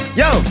yo